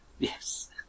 Yes